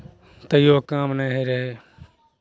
तैओ काम नहि होइ रहै